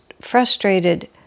frustrated